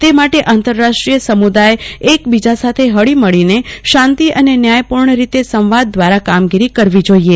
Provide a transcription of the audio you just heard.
તે માટે આંતરરાષ્ટ્રીય સમુદાય એકબીજા સાથે ફળી મળીને શાંતિ અને ન્યાયપૂર્ણ રીતે સવાંદ દ્વારા કામગીરી કરવી જોઈએ